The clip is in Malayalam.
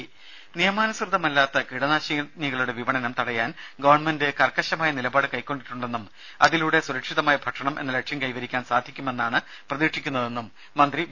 രുമ നിയമാനുസൃതമല്ലാത്ത കീടനാശിനികളുടെ വിപണനം തടയാൻ നിലപാട് കർക്കശമായ കൈക്കൊണ്ടിട്ടുണ്ടെന്നും അതിലൂടെ സുരക്ഷിതമായ ഭക്ഷണം എന്ന ലക്ഷ്യം കൈവരിക്കാൻ സാധിക്കുമെന്നാണ് പ്രതീക്ഷിക്കുന്നതെന്നും മന്ത്രി വി